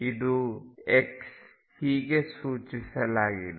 ಇದು ⟨x⟩ ಹೀಗೆ ಸೂಚಿಸಲಾಗಿದೆ